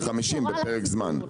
וכך הלאה שאפשר לעשות בפרק זמן.